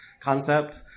concept